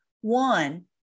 one